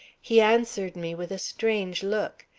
he answered me with a strange look.